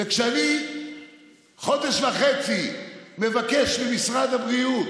אני חודש וחצי מבקש ממשרד הבריאות,